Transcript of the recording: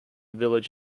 village